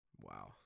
Wow